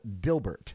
dilbert